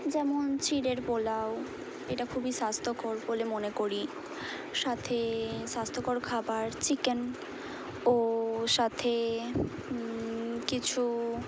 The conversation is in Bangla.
যেমন চিঁড়ের পোলাও এটা খুবই স্বাস্থ্যকর বলে মনে করি সাথে স্বাস্থ্যকর খাবার চিকেন ও সাথে কিছু